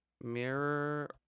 Mirror